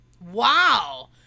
Wow